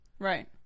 Right